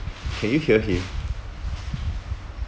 can you hear him